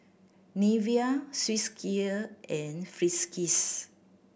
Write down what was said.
Nivea Swissgear and Friskies